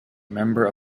member